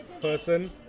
person